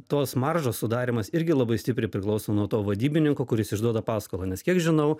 tos maržos sudarymas irgi labai stipriai priklauso nuo to vadybininko kuris išduoda paskolą nes kiek žinau